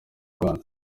rwanda